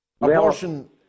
Abortion